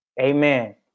amen